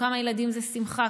כמה ילדים זה שמחה,